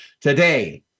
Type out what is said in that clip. today